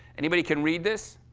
anybody can read this?